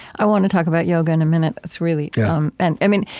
i want to talk about yoga in a minute. that's really um and i mean,